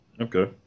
Okay